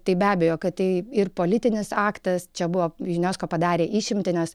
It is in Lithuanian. tai be abejo kad tai ir politinis aktas čia buvo junesko padarė išimtį nes